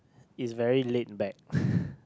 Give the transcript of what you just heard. is very laid back